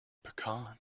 pecan